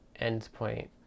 endpoint